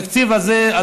התקציב הזה,